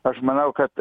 aš manau kad